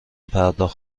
پرداخت